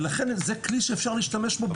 ולכן זה כלי שאפשר להשתמש בו בדיוק במצבים האלה.